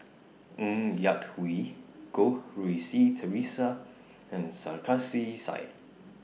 Ng Yak Whee Goh Rui Si Theresa and Sarkasi Said